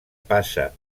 passa